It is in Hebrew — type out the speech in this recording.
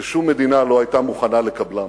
כששום מדינה לא היתה מוכנה לקבלם.